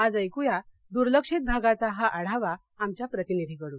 आज ऐकू या दूर्लक्षित भागाचा हा आढावा आमच्या प्रतिनिधीकडून